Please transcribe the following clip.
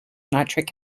nitric